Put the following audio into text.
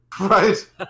Right